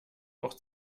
auch